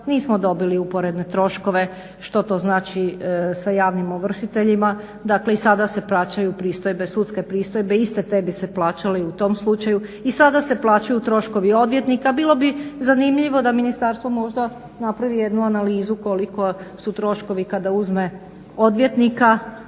nismo dobili uporedne troškove što to znači sa javnim ovršiteljima. Dakle i sada se plaćaju sudske pristojbe. Iste te bi se plaćale i u tom slučaju i sada se plaćaju troškovi odvjetnika. Bilo bi zanimljivo da ministarstvo možda napravi jednu analizu koliko su troškovi kada uzme odvjetnika